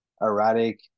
erratic